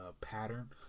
pattern